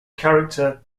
character